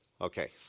Okay